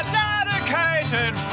dedicated